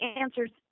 answers